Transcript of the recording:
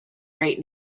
right